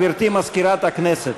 גברתי מזכירת הכנסת.